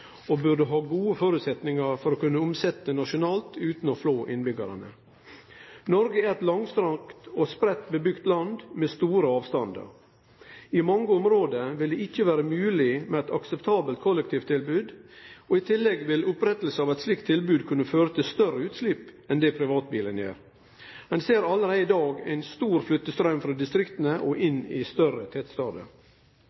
vi burde ha gode føresetnader for å kunne omsetje nasjonalt utan å flå innbyggjarane. Noreg er eit langstrakt land med spreidd busetjing og store avstandar. I mange område vil det ikkje vere mogleg med eit akseptabelt kollektivtilbod, og i tillegg vil eit slikt tilbod kunne føre til større utslepp enn det privatbilen gjer. Ein ser allereie i dag ein stor flyttestraum frå distrikta og